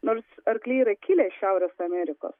nors arkliai yra kilę iš šiaurės amerikos